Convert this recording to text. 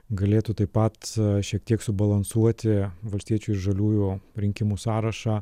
galėtų taip pat šiek tiek subalansuoti valstiečių ir žaliųjų rinkimų sąrašą